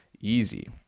easy